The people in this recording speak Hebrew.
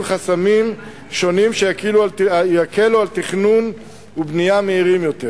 חסמים שונים שיקלו על תכנון ובנייה מהירים יותר.